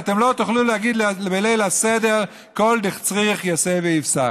אתם לא תוכלו להגיד בליל הסדר: כל דצריך ייתי ויפסח.